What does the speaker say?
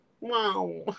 wow